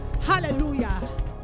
Hallelujah